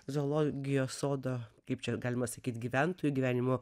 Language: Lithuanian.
zoologijos sodo kaip čia galima sakyt gyventojų gyvenimo